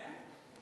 כן?